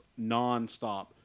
nonstop